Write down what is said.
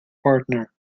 partner